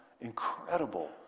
Incredible